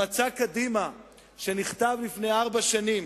במצע קדימה שנכתב לפני ארבע שנים